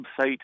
website